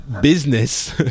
business